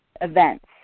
events